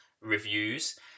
reviews